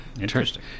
interesting